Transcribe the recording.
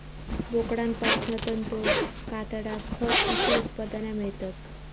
बोकडांपासना तंतू, कातडा, खत अशी उत्पादना मेळतत